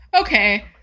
okay